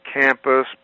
campus